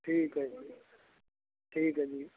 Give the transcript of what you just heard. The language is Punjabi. ਠੀਕ ਹੈ ਜੀ ਠੀਕ ਹੈ ਜੀ